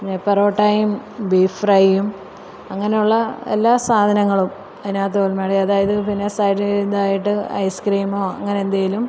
പെറോട്ടയും beef ഫ്രൈയും അങ്ങനുള്ള എല്ലാ സാധനങ്ങളും അതിനകത്ത് അതായത് പിന്നെ സൈഡ് ഇതായിട്ട് ഐസ് ക്രീമോ അങ്ങനെന്തേലും